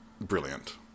brilliant